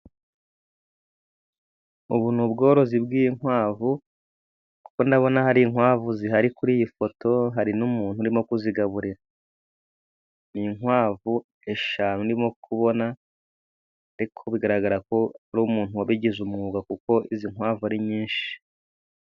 Ubu ni ubworozi bw'inkwavu, kuko ndabona hari inkwavu zihari kuri iyi foto, hari n'umuntu urimo kuzigaburira. Ni inkwavu eshanu, ndimo kubona ariko bigaragara ko ari umuntu wabigize umwuga, kuko izi nkavu ari nyinshi.